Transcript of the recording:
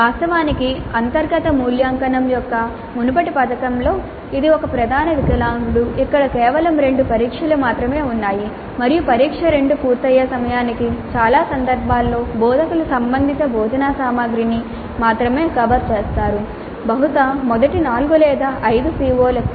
వాస్తవానికి అంతర్గత మూల్యాంకనం యొక్క మునుపటి పథకంలో ఇది ఒక ప్రధాన వికలాంగుడు ఇక్కడ కేవలం 2 పరీక్షలు మాత్రమే ఉన్నాయి మరియు పరీక్ష 2 పూర్తయ్యే సమయానికి చాలా సందర్భాలలో బోధకులు సంబంధిత బోధనా సామగ్రిని మాత్రమే కవర్ చేస్తారు బహుశా మొదటి 4 లేదా 5 CO లకు